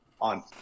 on